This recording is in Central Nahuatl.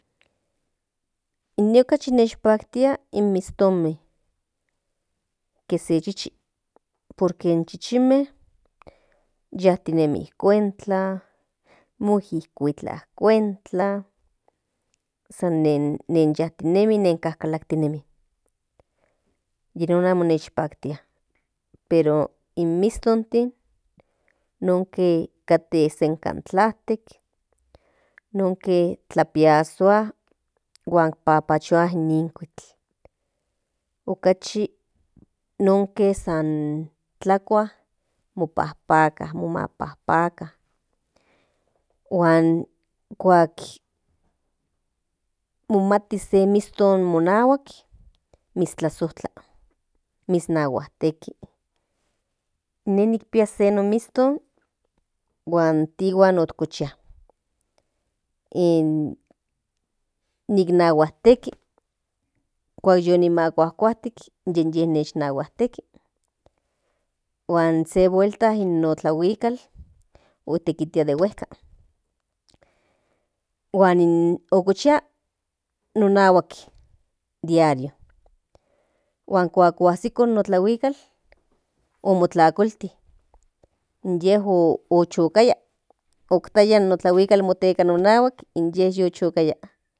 Entonces se tlakatl ohuala huan okijtak kienin otkatka atl huan otkatka canoas entonces este igual omoneshtili in san miguel arcanjel nikan chihuili se capilla entonces ye in tlakatl otlaka huan okichi entonces nika non itoka san miguel canoa por que okatka canoas huan por que san miguel nikan omoneshti entonces in gente yu hualajke nikan yu mochantiko para amo san izel yes in san miguel arcanjel tos yi non nikan yu mochi se pueblo miek gente yi hueyajke nikan yu mochachantijke huan ahsan yi non kishmati nin pueblo kieme kishmati in san miguel arcange huan nin otechtlapuijke in to buelitojuan den antes ijkon tlapupuijtihuen por que amo mati tlen año nikan omoneshti o tlalijke ochantiko den primeros.